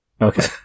Okay